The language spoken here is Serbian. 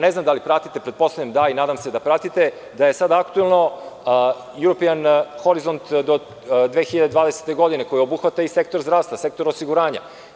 Ne znam da li pratite, pretpostavljam da, i nadam se da pratite, da je sada aktuelno jubilarna European horizont do 2020. godine, koji obuhvata i sektor zdravstva, sektor osiguranja.